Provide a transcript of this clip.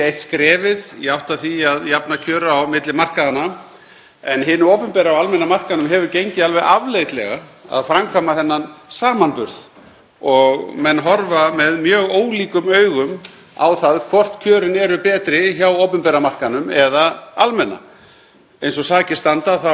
og menn horfa mjög ólíkum augum á það hvort kjörin eru betri á opinbera markaðnum eða almenna. Eins og sakir standa vilja stéttarfélög opinberra starfsmanna meina að það halli mjög á þá. En á sama tíma telur atvinnurekendahliðin að kjörin séu